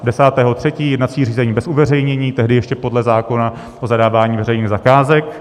10. 3. jednací řízení bez uveřejnění, tehdy ještě podle zákona o zadávání veřejných zakázek.